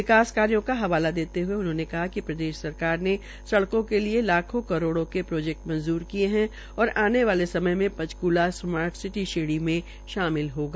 विकास कार्यो का हवाला दते हए उन्होंने कहा िक प्रदेश सरकार ने सड़कों के लिए लाखों करोड़ो के प्रोजेक्ट मंजूर किये हे और आने वोल समय मे पंचकूला स्मार्ट सिटी श्रेणी मे शामिल होगा